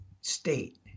state